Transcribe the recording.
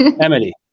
Emily